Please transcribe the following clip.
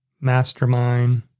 mastermind